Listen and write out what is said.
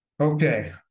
Okay